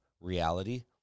reality